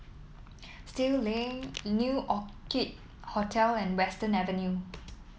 Still Lane New Orchid Hotel and Western Avenue